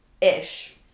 Ish